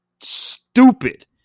stupid